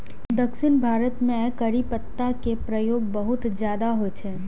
दक्षिण भारत मे करी पत्ता के प्रयोग बहुत ज्यादा होइ छै